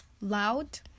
loud